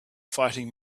fighting